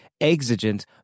exigent